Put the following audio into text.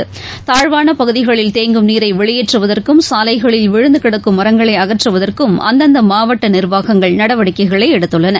சாலைகளில் தாழ்வானபகுதிகளில் தேங்கும் நீரைவெளியேற்றுவதற்கும் விழுந்துகிடக்கும் மரங்களைஅகற்றுவதற்கும் அந்தந்தமாவட்டநிர்வாகங்கள் நடவடிக்கைகளைஎடுத்துள்ளன